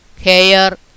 hair